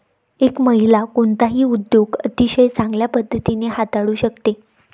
एक महिला कोणताही उद्योग अतिशय चांगल्या पद्धतीने हाताळू शकते